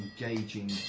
engaging